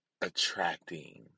attracting